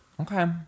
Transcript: Okay